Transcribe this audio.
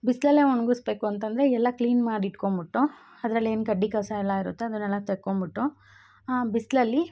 ಬಿಸಿಲಲ್ಲೆ ಒಣಗಿಸ್ಬೇಕು ಅಂತಂದರೆ ಎಲ್ಲ ಕ್ಲೀನ್ ಮಾಡಿ ಇಟ್ಕೊಂಡ್ಬಿಟ್ಟು ಅದ್ರಲ್ಲಿ ಏನು ಕಡ್ಡಿ ಕಸ ಎಲ್ಲ ಇರುತ್ತೆ ಅದನ್ನೆಲ್ಲ ತಕೊಂಬಿಟ್ಟು ಆ ಬಿಸಿಲಲ್ಲಿ